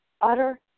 utter